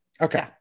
Okay